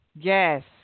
Yes